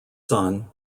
son